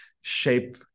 shape